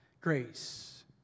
grace